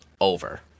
over